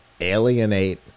alienate